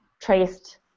traced